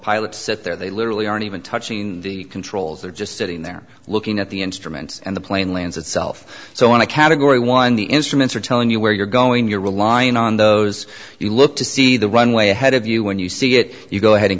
pilots sit there they literally aren't even touching the controls they're just sitting there looking at the instruments and the plane lands itself so in a category one the instruments are telling you where you're going you're relying on those you look to see the runway ahead of you when you see it you go ahead and